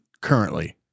currently